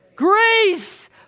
Grace